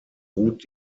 ruht